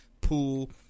pool